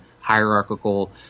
hierarchical